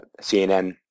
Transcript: CNN